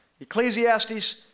Ecclesiastes